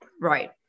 right